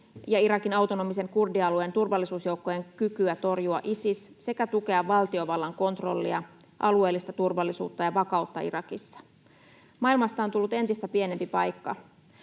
ja Irakin autonomisen kurdialueen turvallisuusjoukkojen kykyä torjua Isis sekä tukea valtiovallan kontrollia, alueellista turvallisuutta ja vakautta Irakissa. Maailmasta on tullut entistä pienempi paikka.